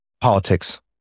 politics